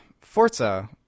Forza